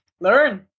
learn